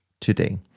today